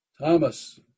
Thomas